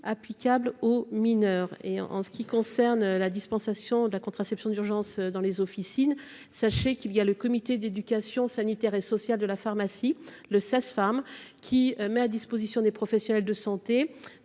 applicable aux mineurs, et en ce qui concerne la dispensation de la contraception d'urgence dans les eaux. Piscine, sachez qu'il y a le comité d'éducation sanitaire et sociale de la pharmacie, le 16 femmes qui met à disposition des professionnels de santé.